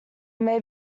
may